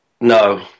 no